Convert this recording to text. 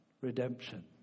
redemption